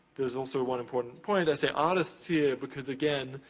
there's also one important point, i say honest here, because again,